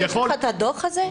יש לך את הדוח הזה?